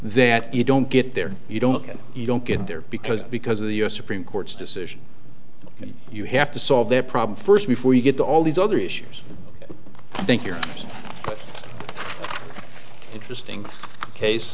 that you don't get there you don't get you don't get there because because of the u s supreme court's decision you have to solve their problem first before you get to all these other issues i think you're interesting case